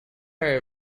are